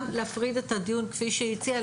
גם להפריד את הדיון כפי שהיא הציעה,